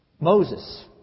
Moses